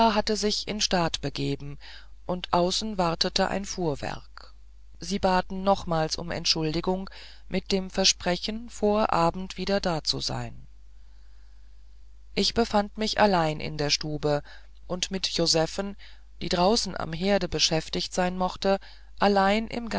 hatte sich in staat begeben und außen wartete ein fuhrwerk sie baten nochmals um entschuldigung mit dem versprechen vor abend wieder dazusein ich befand mich allein in der stube und mit josephen die draußen am herde beschäftigt sein mochte allein